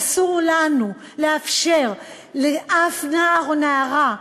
אסור לנו לאפשר לאף נער או נערה,